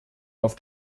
auf